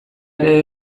ere